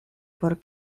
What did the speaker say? por